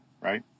Right